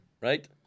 right